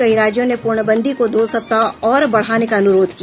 कई राज्यों ने पूर्णबंदी को दो सप्ताह और बढाने का अनुरोध किया